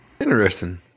Interesting